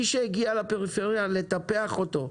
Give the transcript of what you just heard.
כל מי שהגיע לפריפריה צריך לטפח אותו,